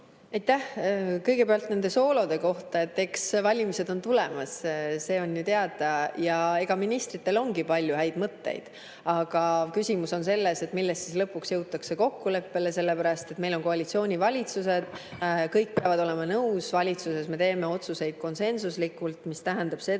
Aitäh! Kõigepealt nende soolode kohta. Eks valimised on tulemas, see on ju teada. Ja ministritel ongi palju häid mõtteid. Aga küsimus on selles, milles lõpuks jõutakse kokkuleppele. Meil on koalitsioonivalitsus, kõik peavad olema nõus valitsuses, me teeme otsuseid konsensuslikult. See tähendab seda,